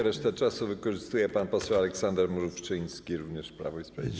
Resztę czasu wykorzystuje pan poseł Aleksander Mrówczyński, również Prawo i Sprawiedliwość.